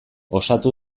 osatu